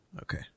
Okay